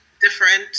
different